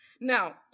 Now